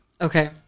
Okay